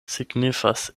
signifas